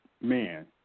man